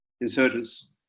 insurgents